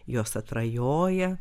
jos atrajoja